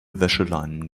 wäscheleinen